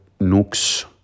nooks